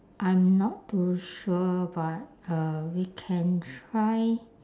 I'm not too sure but uh we can try